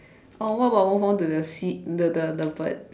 or what about I move on to the sea the the the bird